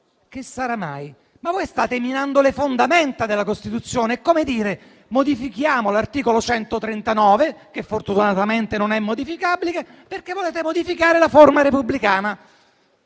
mai? Voi state minando le fondamenta della Costituzione. È come dire di modificare l'articolo 139, che fortunatamente non è modificabile, perché volete modificare la forma repubblicana.